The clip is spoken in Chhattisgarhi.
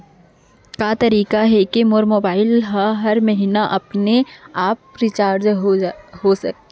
का तरीका हे कि मोर मोबाइल ह हर महीना अपने आप रिचार्ज हो सकय?